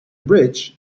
bridge